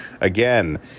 Again